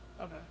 Okay